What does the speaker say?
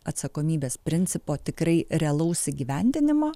atsakomybės principo tikrai realaus įgyvendinimo